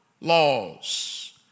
laws